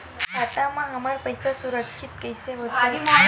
खाता मा हमर पईसा सुरक्षित कइसे हो थे?